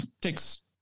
Takes